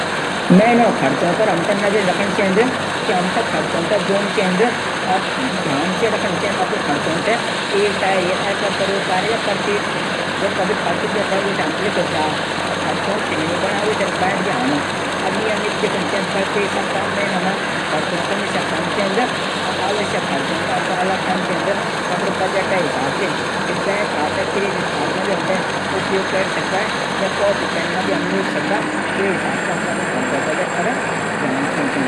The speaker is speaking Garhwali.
अपड महाना खर्चों पर नजर रखणू कू हमथै ध्यान रखण चैंद अपड बजट पर कि हम सबसे पेली तक अपडी इनकम हिसाब से खर्च कारा। फ़ालतू खर्च पर पाबन्दी लगा। केवल जरूरी हो तब ही खर्च कारा।